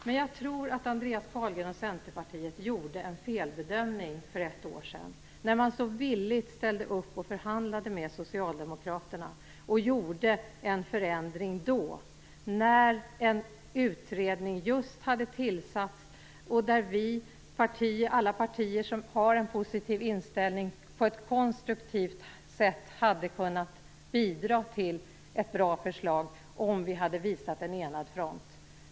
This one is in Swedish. Men jag tror att Andreas Carlgren och Centerpartiet gjorde en felbedömning för ett år sedan, när de så villigt ställde upp och förhandlade med Socialdemokraterna och gjorde en förändring då när en utredning just hade tillsatts och där alla partier som har en positiv inställning på ett konstruktivt sätt hade kunnat bidra till ett bra förslag om vi hade visat en enad front.